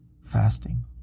fasting